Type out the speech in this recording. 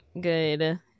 good